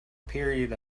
period